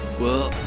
well,